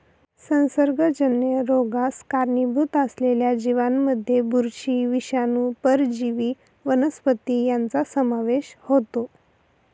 संसर्गजन्य रोगास कारणीभूत असलेल्या जीवांमध्ये बुरशी, विषाणू, परजीवी वनस्पती यांचा समावेश होतो